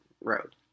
road